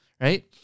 right